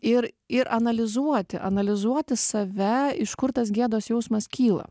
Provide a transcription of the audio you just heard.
ir ir analizuoti analizuoti save iš kur tas gėdos jausmas kyla